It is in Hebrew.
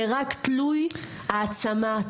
זה רק תלוי העצמה,